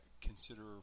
consider